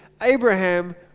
Abraham